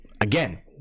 again